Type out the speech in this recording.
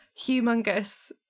humongous